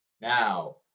now